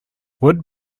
would